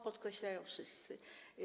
Podkreślają to wszyscy.